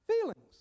feelings